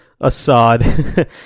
Assad